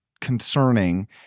concerning